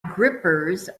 grippers